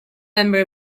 member